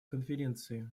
конференции